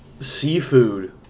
seafood